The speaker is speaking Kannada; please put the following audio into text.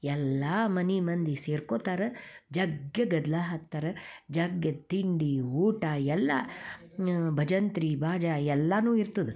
ಎಲ್ಲ ಮನೆ ಮಂದಿ ಸೇರ್ಕೊತಾರೆ ಜಗ್ ಗದ್ದಲ ಹಾಕ್ತಾರೆ ಜಗ್ ತಿಂಡಿ ಊಟ ಎಲ್ಲ ಭಜಂತ್ರಿ ಬಾಜಾ ಎಲ್ಲವೂ ಇರ್ತದೆ